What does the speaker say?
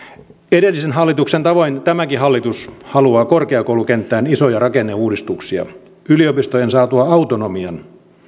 edellisen hallituksen tavoin tämäkin hallitus haluaa korkeakoulukenttään isoja rakenneuudistuksia yliopistojen saatua autonomian